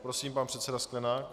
Prosím, pane předseda Sklenák.